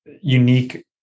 unique